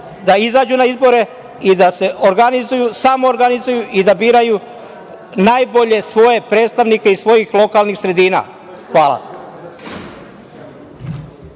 da izađu na izbore i se samoorganizuju i da biraju najbolje predstavnike iz svojih lokalnih sredina. Hvala.